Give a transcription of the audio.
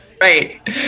Right